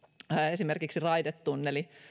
esimerkiksi raidetunneli